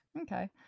Okay